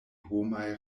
homaj